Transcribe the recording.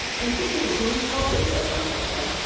and he is a great trouble either from costa.